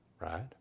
right